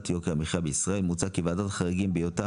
יוקר המחייה בישראל - מוצע כי ועדת החריגים בהיותה